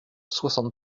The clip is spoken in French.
soixante